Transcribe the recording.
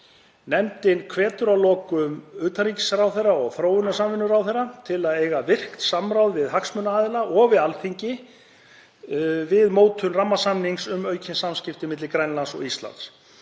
Nefndin hvetur að lokum utanríkis- og þróunarsamvinnuráðherra til að eiga virkt samráð við hagsmunaaðila og við Alþingi við mótun rammasamnings um aukin samskipti milli Grænlands og Íslands.